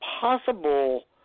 possible